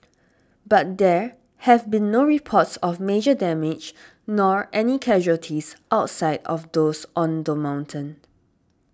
but there have been no reports of major damage nor any casualties outside of those on the mountain